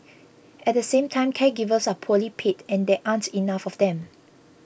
at the same time caregivers are poorly paid and there aren't enough of them